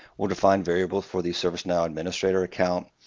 we'll define variable for the servicenow administrator account.